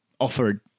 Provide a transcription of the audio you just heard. offered